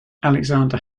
alexander